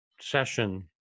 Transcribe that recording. session